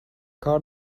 کار